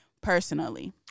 personally